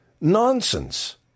nonsense